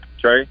Trey